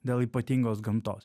dėl ypatingos gamtos